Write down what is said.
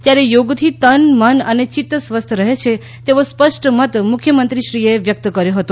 ત્યારે યોગથી તન મન અને ચિત્ત સ્વસ્થ રહે છે તેવો સ્પષ્ટ મત મુખ્યમંત્રીશ્રી એ વ્યક્ત કર્યો હતો